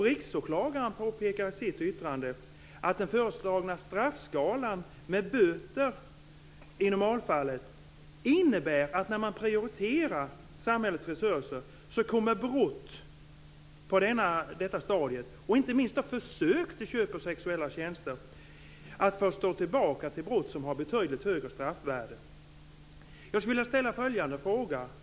Riksåklagaren påpekar i sitt yttrande att den föreslagna straffskalan med böter i normalfallet innebär att dessa brott, och inte minst försök till köp av sexuella tjänster, kommer att få stå tillbaka för brott som har betydligt högre straffvärde när man prioriterar samhällets resurser. Jag skulle vilja ställa följande fråga.